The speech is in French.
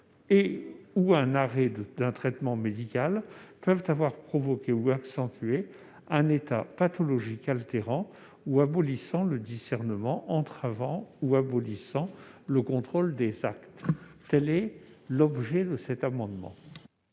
ou un arrêt d'un traitement médical peuvent avoir provoqué ou accentué un état pathologique altérant ou abolissant le discernement, entravant ou abolissant le contrôle des actes. Tel est l'objet de cet amendement.